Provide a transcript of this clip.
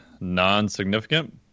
non-significant